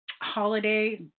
holiday